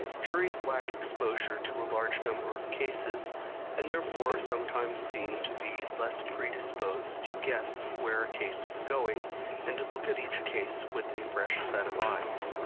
juries lack exposure to a large number of cases and therefore sometimes seem to be less predisposed to guess where case is going and to look at each case with a fresh set of eyes.